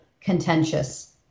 contentious